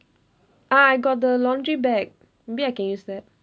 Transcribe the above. ah I got the laundry bag maybe I can use that